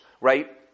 right